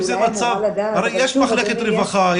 הרי יש מחלקת רווחה,